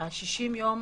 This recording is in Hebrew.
ה-60 יום